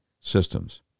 systems